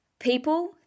People